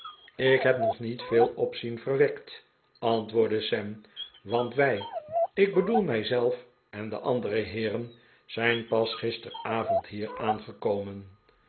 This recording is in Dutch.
ik heb nog niet veel opzien verwekt antwoordde sam want wij ik bedoel mij zelf en de andere heeren zijn pas gisteravond hier aahgekomen